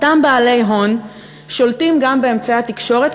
אותם בעלי הון שולטים גם באמצעי התקשורת,